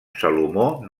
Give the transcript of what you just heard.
salomó